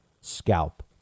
scalp